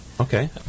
Okay